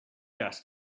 gas